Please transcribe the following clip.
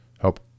Help